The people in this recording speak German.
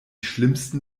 schlimmsten